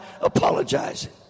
apologizing